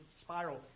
Spiral